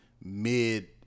mid